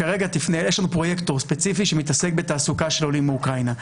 יש לנו פרויקטור ספציפי שמתעסק בתעסוקה של עולים מאוקראינה,